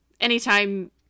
Anytime